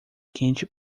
quente